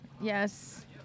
Yes